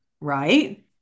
Right